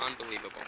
Unbelievable